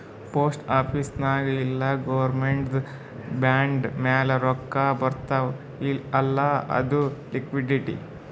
post office ನಾಗ್ ಇಲ್ಲ ಗೌರ್ಮೆಂಟ್ದು ಬಾಂಡ್ ಮ್ಯಾಲ ರೊಕ್ಕಾ ಬರ್ತಾವ್ ಅಲ್ಲ ಅದು ಲಿಕ್ವಿಡಿಟಿ